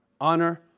Honor